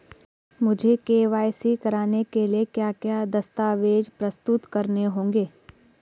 मुझे के.वाई.सी कराने के लिए क्या क्या दस्तावेज़ प्रस्तुत करने होंगे?